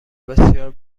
بسیار